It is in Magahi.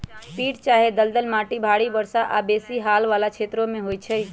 पीट चाहे दलदल माटि भारी वर्षा आऽ बेशी हाल वला क्षेत्रों में होइ छै